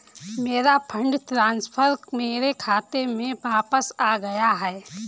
मेरा fund transfer मेरे खाते में वापस आ गया है